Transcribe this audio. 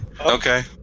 Okay